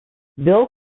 bill